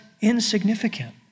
insignificant